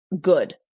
good